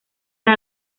era